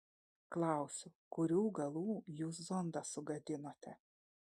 klausiu kurių galų jūs zondą sugadinote